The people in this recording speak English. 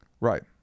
Right